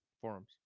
forums